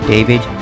David